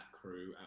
crew